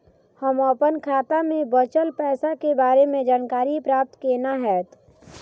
हम अपन खाता में बचल पैसा के बारे में जानकारी प्राप्त केना हैत?